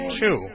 two